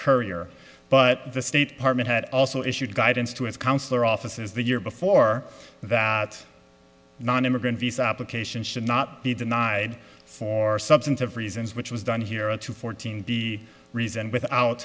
courier but the state department had also issued guidance to its consular offices the year before that nonimmigrant visa application should not be denied for substantive reasons which was done here at two fourteen the reason without